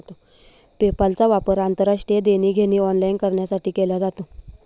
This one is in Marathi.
पेपालचा वापर आंतरराष्ट्रीय देणी घेणी ऑनलाइन करण्यासाठी केला जातो